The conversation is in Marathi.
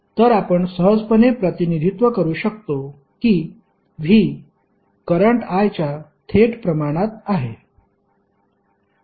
तर आपण सहजपणे प्रतिनिधित्व करू शकतो की V करंट I च्या थेट प्रमाणात आहे